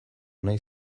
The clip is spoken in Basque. nahi